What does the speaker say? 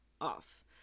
off